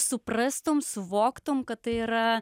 suprastum suvoktum kad tai yra